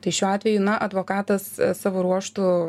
tai šiuo atveju na advokatas savo ruožtu